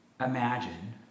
imagine